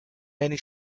many